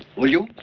will you?